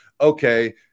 okay